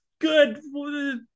good